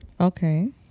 Okay